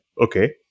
Okay